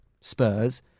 Spurs